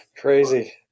Crazy